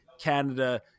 Canada